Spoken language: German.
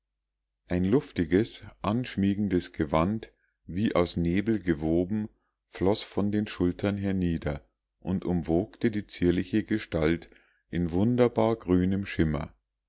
ein luftiges anschmiegendes gewand wie aus nebel gewoben floß von den schultern hernieder und umwogte die zierliche gestalt in wunderbar grünem schimmer